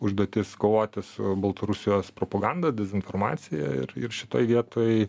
užduotis kovoti su baltarusijos propaganda dezinformacija ir ir šitoj vietoj